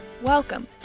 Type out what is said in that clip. Welcome